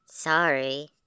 Sorry